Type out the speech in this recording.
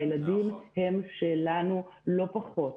הילדים הם שלנו, לא פחות.